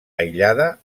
aïllada